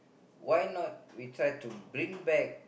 why not we try to bring back